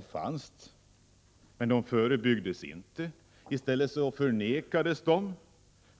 fanns, men de förebyggdes inte. I stället förnekades de.